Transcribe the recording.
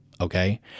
Okay